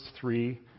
three